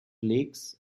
lakes